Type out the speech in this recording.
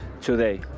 today